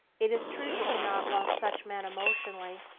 it is true you cannot love such men emotionally,